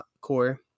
core